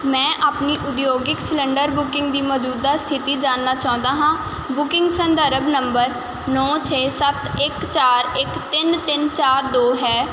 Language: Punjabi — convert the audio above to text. ਮੈਂ ਆਪਣੀ ਉਦਯੋਗਿਕ ਸਿਲੰਡਰ ਬੁਕਿੰਗ ਦੀ ਮੌਜੂਦਾ ਸਥਿਤੀ ਜਾਣਨਾ ਚਾਹੁੰਦਾ ਹਾਂ ਬੁਕਿੰਗ ਸੰਦਰਭ ਨੰਬਰ ਨੌਂ ਛੇ ਸੱਤ ਇੱਕ ਚਾਰ ਇੱਕ ਤਿੰਨ ਤਿੰਨ ਚਾਰ ਦੋ ਹੈ